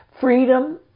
Freedom